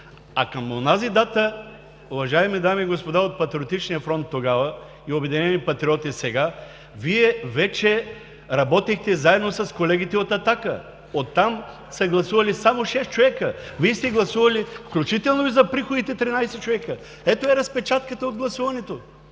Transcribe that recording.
а към онази дата, уважаеми дами и господа от Патриотичния фронт тогава, и „Обединени патриоти“ сега, Вие вече работихте заедно с колегите от „Атака“. Оттам са гласували само шест човека. Вие сте гласували, включително и за приходите, 13 човека. Ето я разпечатката от гласуването.